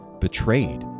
betrayed